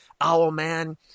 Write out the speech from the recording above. Owlman